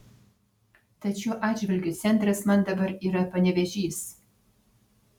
tad šiuo atžvilgiu centras man dabar yra panevėžys